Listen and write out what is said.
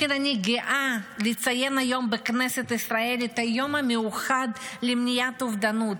לכן אני גאה לציין היום בכנסת ישראל את היום המיוחד למניעת אובדנות,